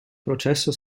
processo